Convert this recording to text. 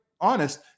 honest